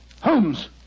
Holmes